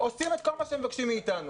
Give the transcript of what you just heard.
עושים את כל מה שמבקשים מאיתנו.